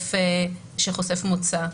שחושף מוצא.